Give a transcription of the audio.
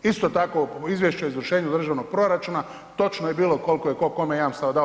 Isto tako izvješće o izvršenju državnog proračuna, točno je bilo koliko je tko kome jamstava dao.